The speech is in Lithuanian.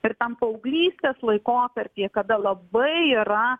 ir tam paauglystės laikotarpy kada labai yra